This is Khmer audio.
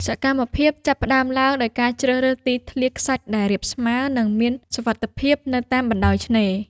សកម្មភាពចាប់ផ្ដើមឡើងដោយការជ្រើសរើសទីធ្លាខ្សាច់ដែលរាបស្មើ និងមានសុវត្ថិភាពនៅតាមបណ្ដោយឆ្នេរ។